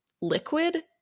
liquid